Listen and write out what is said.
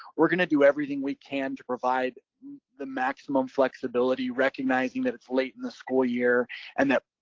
we're gonna do everything we can to provide the maximum flexibility, recognizing that it's late in the school year and that,